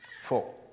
Four